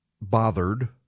bothered